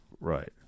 Right